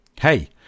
Hey